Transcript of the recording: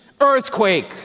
earthquake